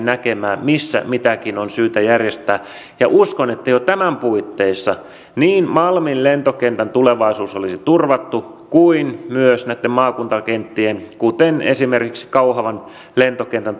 näkemään missä mitäkin on syytä järjestää ja uskon että jo tämän puitteissa niin malmin lentokentän tulevaisuus olisi turvattu kuin myös näitten maakuntakenttien kuten esimerkiksi kauhavan lentokentän